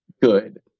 good